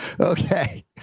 Okay